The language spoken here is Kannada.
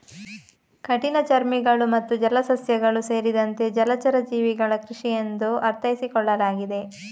ಕಠಿಣಚರ್ಮಿಗಳು ಮತ್ತು ಜಲಸಸ್ಯಗಳು ಸೇರಿದಂತೆ ಜಲಚರ ಜೀವಿಗಳ ಕೃಷಿ ಎಂದು ಅರ್ಥೈಸಿಕೊಳ್ಳಲಾಗಿದೆ